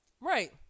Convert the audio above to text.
Right